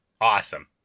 awesome